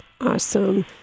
Awesome